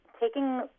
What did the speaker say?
taking